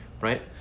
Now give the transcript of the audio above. right